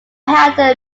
held